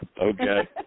Okay